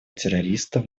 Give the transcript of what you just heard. террористов